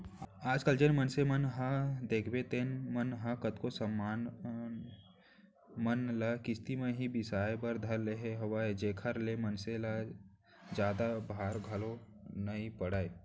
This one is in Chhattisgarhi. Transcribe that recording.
आज कल जेन मनसे मन ल देखबे तेन मन ह कतको समान मन ल किस्ती म ही बिसाय बर धर ले हवय जेखर ले मनसे ल जादा भार घलोक नइ पड़य